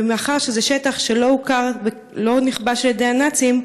ומאחר שזה שטח שלא נכבש על-ידי הנאצים,